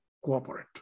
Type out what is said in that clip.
cooperate